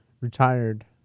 retired